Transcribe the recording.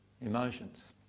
emotions